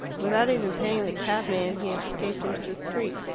without even paying the cabman, he escaped into the street.